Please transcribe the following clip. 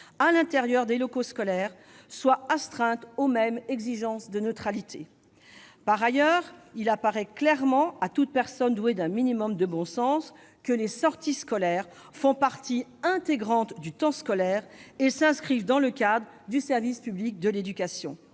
à l'intérieur des locaux scolaires soient astreintes aux mêmes exigences de neutralité. Par ailleurs, il apparaît clairement à toute personne douée d'un minimum de bon sens que les sorties scolaires font partie intégrante du temps scolaire et s'inscrivent dans le cadre du service public de l'éducation.